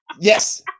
Yes